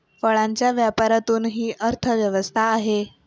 फळांच्या व्यापारातूनही अर्थव्यवस्था आहे